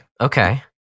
okay